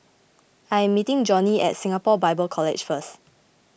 I am meeting Johney at Singapore Bible College first